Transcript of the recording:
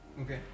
Okay